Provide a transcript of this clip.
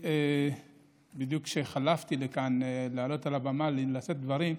בדיוק כשחלפתי לכאן כדי לעלות על הבמה לשאת דברים,